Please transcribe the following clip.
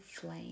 flame